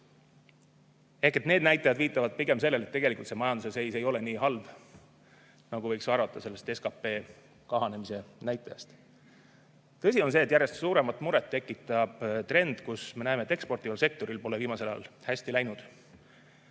Ehk need näitajad viitavad pigem sellele, et tegelikult majanduse seis ei ole nii halb, nagu võiks arvata SKP kahanemise näitajast. Tõsi on see, et järjest suuremat muret tekitab trend, kus me näeme, et eksportival sektoril pole viimasel ajal hästi läinud.